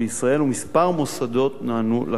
וכמה מוסדות נענו לקריאה.